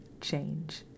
change